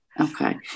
okay